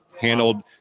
handled